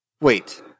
Wait